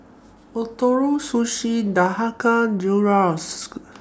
Ootoro Sushi Dhokla Gyros